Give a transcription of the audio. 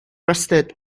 rested